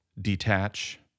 detach